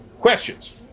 questions